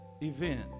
event